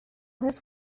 his